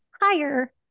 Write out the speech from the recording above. higher